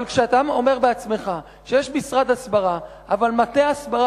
אבל כשאתה אומר בעצמך שיש משרד הסברה אבל מטה ההסברה